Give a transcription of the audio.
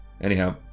anyhow